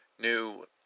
new